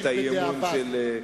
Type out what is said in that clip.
שלנו